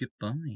goodbye